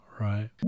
Right